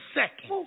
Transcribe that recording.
second